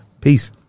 Peace